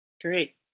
Great